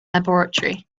laboratory